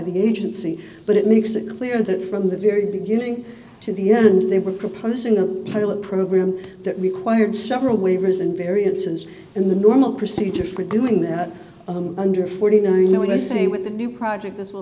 the agency but it makes it clear that from the very beginning to the end they were proposing a pilot program that required several waivers and variances in the normal procedure for doing that on under forty nine dollars when i say with a new project this will